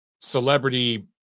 celebrity